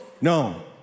No